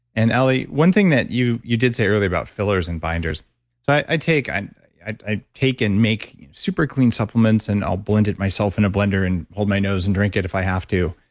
and ally, one thing that you you did say earlier about fillers and binders. so i take, i've taken make super clean supplements and i'll blend it myself in a blender and hold my nose and drink it if i have to.